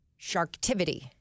Sharktivity